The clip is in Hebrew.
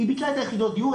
היא ביטלה את יחידות הדיור,